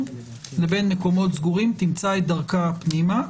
לבין מקומות סגורים תמצא את דרכה פנימה.